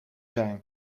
zijn